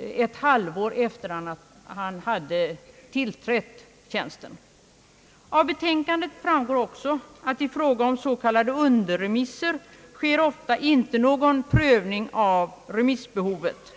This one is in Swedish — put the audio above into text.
ett halvår efter det att denne tillträtt tjänsten. Av betänkandet framgår också att i fråga om s.k. underremisser sker ofta inte någon prövning av remissbehovet.